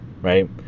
Right